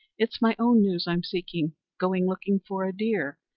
it's my own news i'm seeking. going looking for a deer,